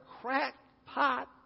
crackpot